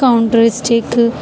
counter stick